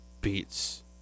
beats